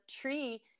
tree